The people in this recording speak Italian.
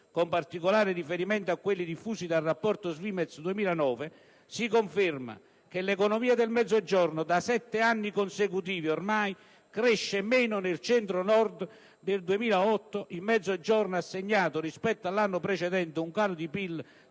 con particolare riferimento a quelli diffusi dal Rapporto Svimez 2009, si conferma che l'economia del Mezzogiorno, da sette anni consecutivi ormai, cresce meno del Centro Nord: nel 2008 il Mezzogiorno ha segnato rispetto all'anno precedente un calo di PIL